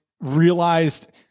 realized